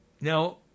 Now